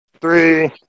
three